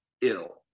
ill